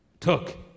took